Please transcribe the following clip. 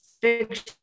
fiction